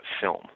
film